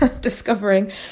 discovering